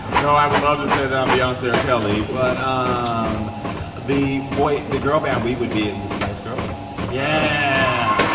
although i would love to say that i'm beyonce or kelly but ah um the the girl band we would be is the spice girls yeah